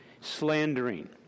slandering